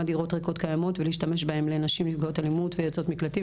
דירות ריקות קיימות ולהשתמש בהן לנשים נפגעות אלימות ויוצאות מקלטים.